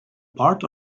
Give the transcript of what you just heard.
part